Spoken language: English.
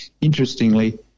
interestingly